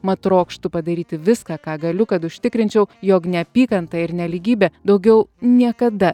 mat trokštu padaryti viską ką galiu kad užtikrinčiau jog neapykanta ir nelygybė daugiau niekada